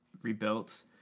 rebuilt